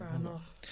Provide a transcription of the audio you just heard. enough